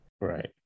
Right